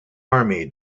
army